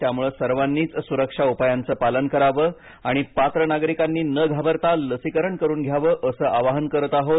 त्यामुळे सर्वांनीच सुरक्षा उपायांचं पालन करावं आणि पात्र नागरिकांनी न घाबरता लसीकरण करून घ्यावं असं आवाहन करत आहोत